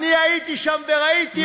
אני הייתי שם וראיתי אותו.